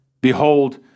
Behold